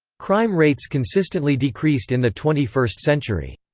crime rates consistently decreased in the twenty first century.